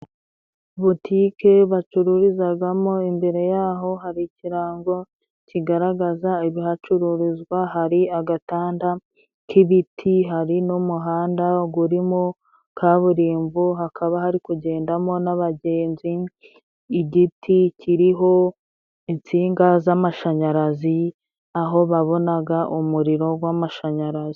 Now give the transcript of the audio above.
Botike bacururizagamo, imbere y'aho hari ikirango kigaragaza ibihacuruzwa. Hari agatanda k'ibiti, hari n'umuhanda gurimo kaburimbo, hakaba hari kugendamo n'abagenzi. Igiti kiriho insinga z'amashanyarazi aho babonaga umuriro gw'amashanyarazi.